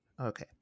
okay